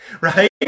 right